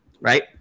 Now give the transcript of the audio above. Right